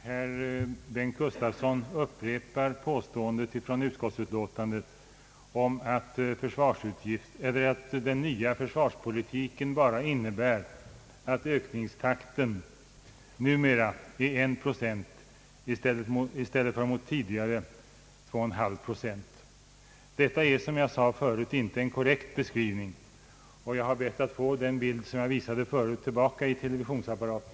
Herr talman! Herr Bengt Gustavsson upprepar påståendet från utskottsutlåtandet att den nya försvarspolitiken bara innebär att ökningstakten numera är en procent i stället för tidigare 2,5 procent. Detta är, som jag sade förut, inte en korrekt beskrivning och jag ber att få tillbaka den bild jag tidigare visade i televisionsapparaten.